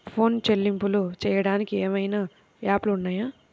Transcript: Phone చెల్లింపులు చెయ్యటానికి ఏవైనా యాప్లు ఉన్నాయా?